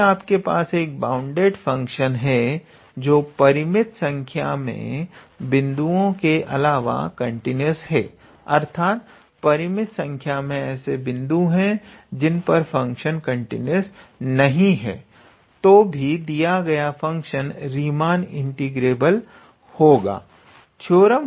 तो यदि आपके पास एक बाउंडेड फंक्शन है जो की परिमित संख्या में बिंदुओं के अलावा कंटीन्यूअस है अर्थात परिमित संख्या में ऐसे बिंदु हैं जिन पर फंक्शन कंटीन्यूअस नहीं है तो भी दिया गया फंक्शन रीमान इंटीग्रेबल होगा